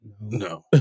No